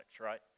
right